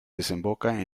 desemboca